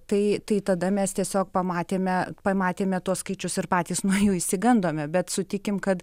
tai tai tada mes tiesiog pamatėme pamatėme tuos skaičius ir patys nuo jų išsigandome bet sutikim kad